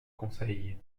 conseil